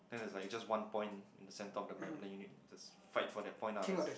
then is like just one point in the center of the map then you need just fight for that point ah there's